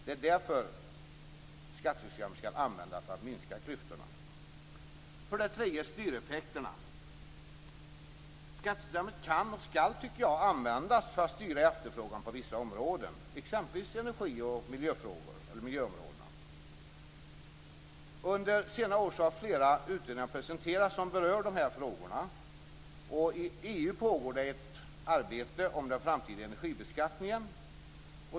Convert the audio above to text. Det är därför som skattesystemet skall användas för att minska klyftorna. För det tredje gäller det styreffekterna. Skattesystemet kan och skall, tycker jag, användas för att styra efterfrågan på vissa områden, exempelvis på energioch miljöområdena. Under senare år har flera utredningar presenterats som berör dessa frågor. Inom EU pågår det ett arbete om den framtida energibeskattningen.